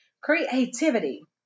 creativity